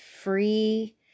free